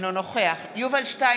אינו נוכח יובל שטייניץ,